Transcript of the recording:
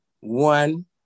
one